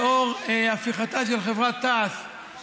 לאור הפיכתה של חברת תע"ש לחברה פרטית,